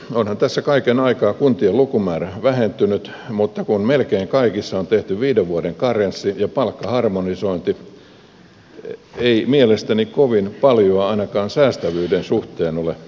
onhan tässä kaiken aikaa kuntien lukumäärä vähentynyt mutta kun melkein kaikissa on tehty viiden vuoden karenssi ja palkkaharmonisointi ei mielestäni kovin paljoa ainakaan säästävyyden suhteen ole saavutettavissa